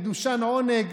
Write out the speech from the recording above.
מדושן עונג,